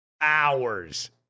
hours